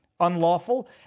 Unlawful